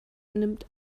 nimmt